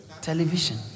television